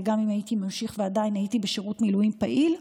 ואם הייתי ממשיך ועדיין הייתי בשירות מילואים פעיל,